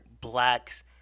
blacks